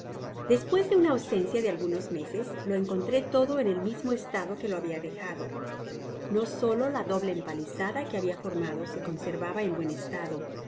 despues de una ausencia de algunos meses lo encontré todo en el mismo estado que lo habia dejado no solo la doble empalizada que habia formado se conservaba en buen estado